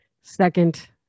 Second